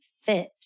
fit